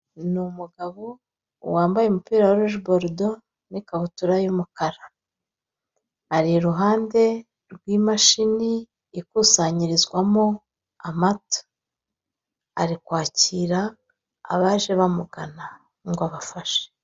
Ni umugabo wambaye umupira wa ruje borudo n'ikabutura y'umukara. Ari iruhande rw'imashini ikusanyirizwamo amata. Ari kwakira abaje bamugana ngo abafashe.